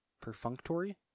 perfunctory